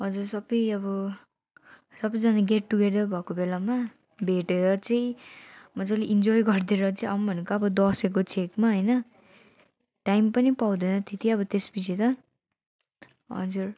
हजुर सबै अब सबैजना गेट टुगेदर भएको बेलामा भेटेर चाहिँ मजाले इन्जोई गरिदिएर चाहिँ आउँ भनेको अब दसैँको छेकमा होइन टाइम पनि पाउँदैन त्यति अब त्यसपछि त हजुर